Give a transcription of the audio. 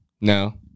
No